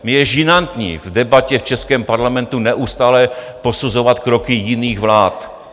Mně je žinantní v debatě v českém parlamentu neustále posuzovat kroky jiných vlád.